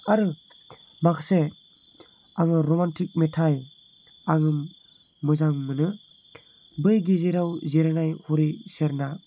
आरो माखासे आङो रमान्टिक मेथाय आङो मोजां मोनो बै गेजेराव जिरायनाय हरै सेरना